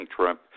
Trump